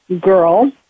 girl